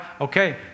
okay